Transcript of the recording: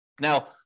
Now